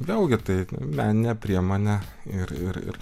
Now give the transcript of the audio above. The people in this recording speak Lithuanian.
vėlgi tai meninė priemonė ir ir ir